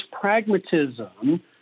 pragmatism